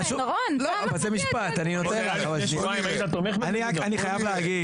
אני חייב להגיד.